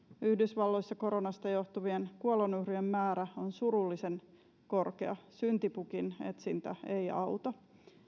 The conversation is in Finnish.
yhdysvalloissa koronasta johtuvien kuolonuhrien määrä on surullisen korkea syntipukin etsintä ei auta